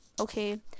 okay